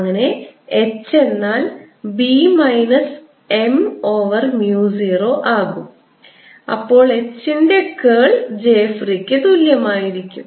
അങ്ങനെ H എന്നാൽ B minus M over mu 0 ആകും അപ്പോൾ H ന്റെ കേൾ j free ക്ക് തുല്യമായിരിക്കും